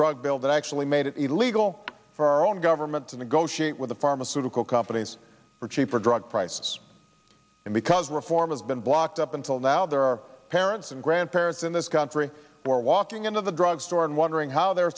drug bill that actually made it illegal for our own government to negotiate with the pharmaceutical companies for cheaper drug prices and because reform has been blocked up until now there are parents and grandparents in this country for walking into the drug store and wondering how their